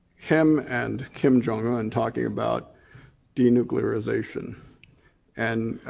him and kim jong-un and talking about denuclearization and